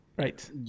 Right